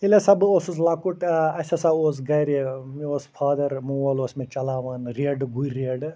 ییٚلہِ ہسا بہٕ اوسُس لۄکُٹ ٲں اسہِ ہسا اوس گھرِ مےٚ اوس فادر مول اوس مےٚ چَلاوان ریڈٕ گُرۍ ریڈٕ